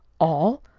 all!